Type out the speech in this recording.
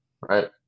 right